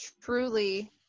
truly